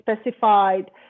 specified